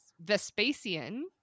Vespasian